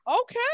okay